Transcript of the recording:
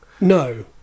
No